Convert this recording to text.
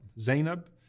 Zainab